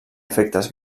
efectes